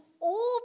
old